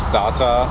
data